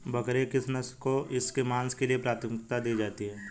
बकरी की किस नस्ल को इसके मांस के लिए प्राथमिकता दी जाती है?